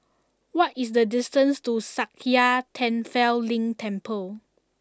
what is the distance to Sakya Tenphel Ling Temple